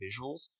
visuals